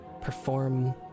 perform